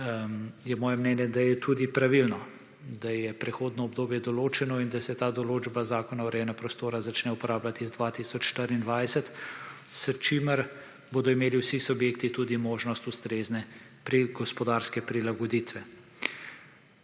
je moje mnenje, da je tudi pravilno, da je prehodno obdobje določeno in da se ta določba zakona o urejanju prostora začne uporabljati iz 2024 s čimer bodo imeli vsi subjekti tudi možnost, ustrezne gospodarske prilagoditve.